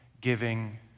giving